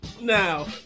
now